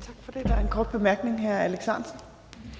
Kl. 14:48 Tredje næstformand (Trine